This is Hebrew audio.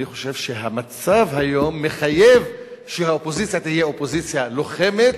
אני חושב שהמצב היום מחייב שהאופוזיציה תהיה אופוזיציה לוחמת,